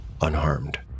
unharmed